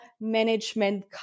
management